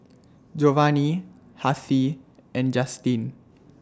Jovani Hassie and Justine